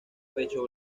pecho